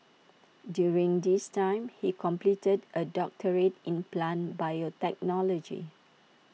during this time he completed A doctorate in plant biotechnology